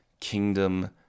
kingdom